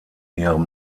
ihrem